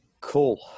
Cool